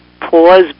pause